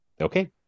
Okay